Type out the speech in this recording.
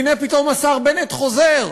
והנה פתאום השר בנט חוזר.